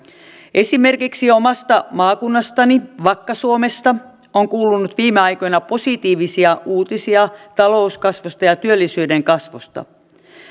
esimerkiksi omasta maakunnastani vakka suomesta on kuulunut viime aikoina positiivisia uutisia talouskasvusta ja työllisyyden kasvusta